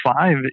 five